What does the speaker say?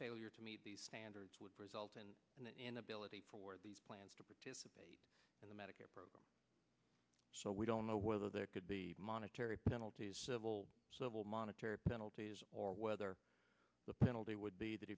failure to meet these standards would result in an inability for these plans to participate in the medicare program so we don't know whether there could be monetary penalties civil sobel monetary penalties or whether the penalty would be that